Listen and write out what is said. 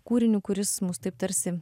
kūriniu kuris mus taip tarsi